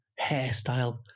hairstyle